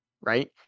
right